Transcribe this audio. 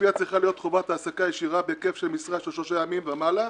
לפיה צריכה להיות חובת העסקה ישירה בהיקף של משרה של שלושה ימים ומעלה,